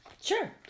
Sure